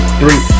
three